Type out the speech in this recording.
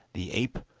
the ape,